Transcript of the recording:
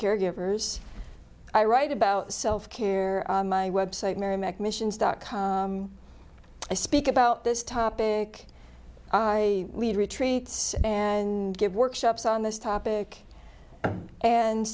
care givers i write about self care website merrimac missions dot com i speak about this topic i lead retreats and give workshops on this topic and